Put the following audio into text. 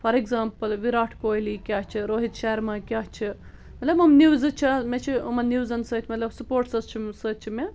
for example Virat Kohli کیٛاہ چھُ روحِت شرما کیٛاہ چھِ مطلب یِم نِوزٕ چھِ مےٚ چھِ یِمن نِوزن سۭتۍ مطلب سُپوٹسَس چھِم سۭتۍ چھِ مےٚ